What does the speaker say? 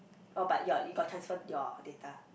oh but your you got transfer your data